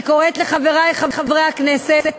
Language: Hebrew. אני קוראת לחברי חברי הכנסת